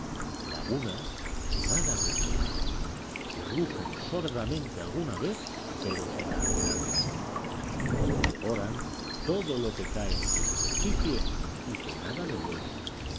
lagunas que nada reflejan que rugen sordamente alguna vez pero sin alterarse que devoran todo lo que cae en su superficie que nada devuelven